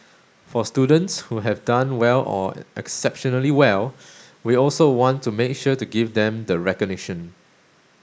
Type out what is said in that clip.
for students who have done well or exceptionally well we also want to make sure to give them the recognition